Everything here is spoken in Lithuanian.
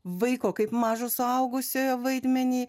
vaiko kaip mažo suaugusiojo vaidmenį